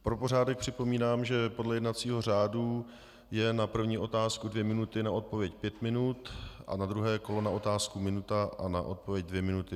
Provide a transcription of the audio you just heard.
Pro pořádek připomínám, že podle jednacího řádu jsou na první otázku dvě minuty, na odpověď pět minut a na druhé kolo na otázku minuta a na odpověď dvě minuty.